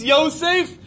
Yosef